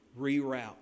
reroute